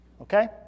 okay